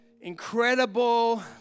incredible